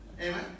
Amen